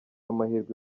amahirwe